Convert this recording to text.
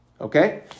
Okay